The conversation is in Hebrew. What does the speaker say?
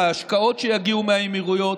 ההשקעות שיגיעו מהאמירויות,